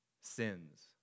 sins